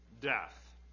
death